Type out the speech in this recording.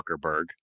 Zuckerberg